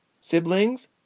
Siblings